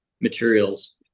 materials